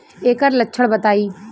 ऐकर लक्षण बताई?